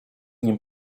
nim